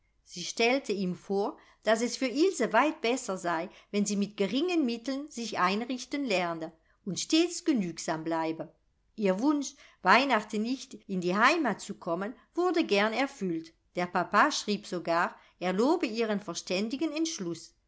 sie stellte ihm vor daß es für ilse weit besser sei wenn sie mit geringen mitteln sich einrichten lerne und stets genügsam bleibe ihr wunsch weihnachten nicht in die heimat zu kommen wurde gern erfüllt der papa schrieb sogar er lobe ihren verständigen entschluß